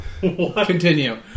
Continue